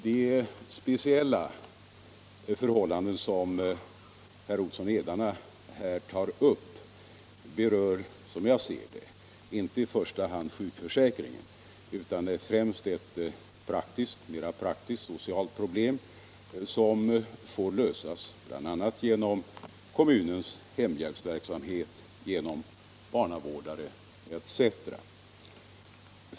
De speciella förhållanden som herr Olsson i Edane här tar upp, berör som jag ser det inte i första hand sjukförsäkringen, utan det är främst ett mera praktiskt socialt problem, som får lösas bl.a. genom kommunens hemhjälpsverksamhet, genom barnavårdare etc.